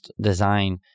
design